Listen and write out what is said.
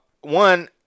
one-